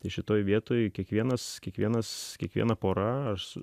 šitoje vietoje kiekvienas kiekvienas kiekviena pora aš